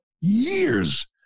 years